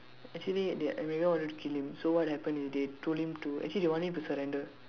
actually they America wanted to kill him so what happen is they told him to actually they want him to surrender